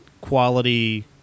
quality